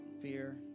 fear